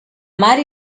mar